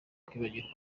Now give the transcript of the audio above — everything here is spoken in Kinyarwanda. kwibagirwa